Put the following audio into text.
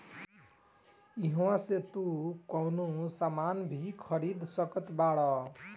इहवा से तू कवनो सामान भी खरीद सकत बारअ